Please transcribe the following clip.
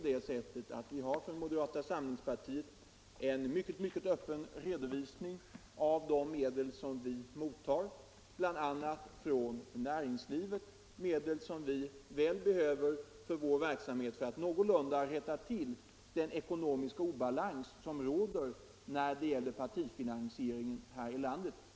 Dessutom har vi i moderata samlingspartiet en mycket öppen redovisning av de medel som vi tar emot från bl.a. näringslivet, medel som vi behöver väl för vår verksamhet för att någorlunda rätta till den ekonomiska obalans som råder när det gäller partifinansieringen här i landet.